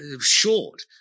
short